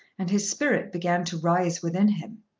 and his spirit began to rise within him.